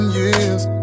years